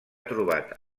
trobat